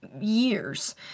years